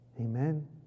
Amen